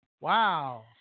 wow